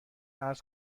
عرض